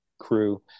crew